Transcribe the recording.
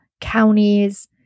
counties